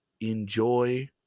enjoy